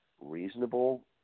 reasonable